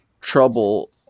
trouble